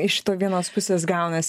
iš vienos pusės gaunasi